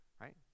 Right